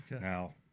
Now